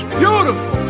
beautiful